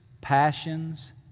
passions